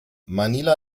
manila